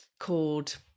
Called